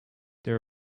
there